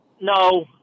no